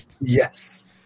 Yes